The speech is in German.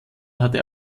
hatte